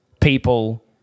people